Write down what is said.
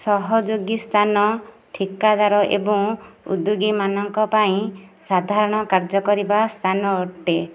ସହଯୋଗୀ ସ୍ଥାନ ଠିକାଦାର ଏବଂ ଉଦ୍ୟୋଗୀମାନଙ୍କ ପାଇଁ ସାଧାରଣ କାର୍ଯ୍ୟକରିବା ସ୍ଥାନ ଅଟେ